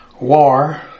war